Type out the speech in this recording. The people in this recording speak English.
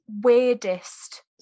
weirdest